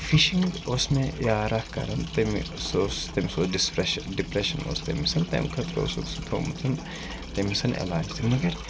fishing اوس مےٚ یار اَکھ کَران تٔمِس سُہ اوس تٔمِس اوس ڈسپٮ۪رشن ڈِپرٛٮ۪شَن اوس تٔمِس سَن تَمہِ خٲطرٕ اوس سُہ تھومُت تٔمِس علاج تہِ مگر